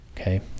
Okay